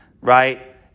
right